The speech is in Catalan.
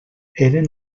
eren